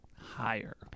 Higher